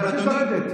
אמרתי לרדת.